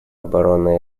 обороны